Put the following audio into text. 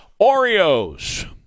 Oreos